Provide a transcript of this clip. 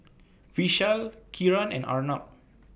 Vishal Kiran and Arnab